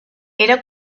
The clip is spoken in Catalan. era